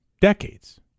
Decades